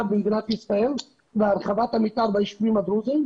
במדינת ישראל והרחבת המתאם בישובים הדרוזים,